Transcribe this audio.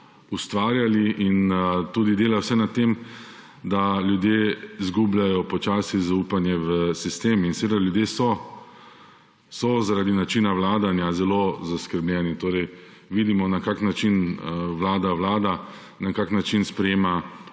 ustvarjali in tudi dela vse na tem, da ljudje izgubljajo počasi zaupanje v sistem in seveda, ljudje so, so zaradi načina vladanja zelo zaskrbljeni, torej, vidimo, na kak način Vlada vlada, na kak način sprejema